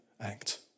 act